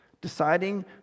Deciding